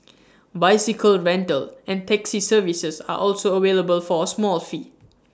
bicycle rental and taxi services are also available for A small fee